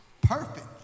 Perfect